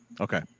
Okay